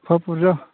एफा बुरजा